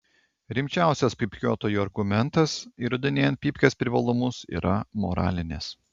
rimčiausias pypkiuotojų argumentas įrodinėjant pypkės privalumus yra moralinis